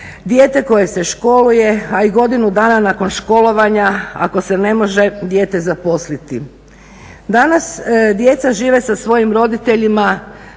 dijete koje se školuje, a i godinu dana nakon školovanja ako se ne može dijete zaposliti. Danas djeca žive sa svojim roditeljima